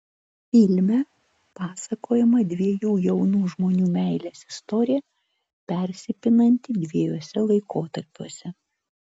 filme pasakojama dviejų jaunų žmonių meilės istorija persipinanti dviejuose laikotarpiuose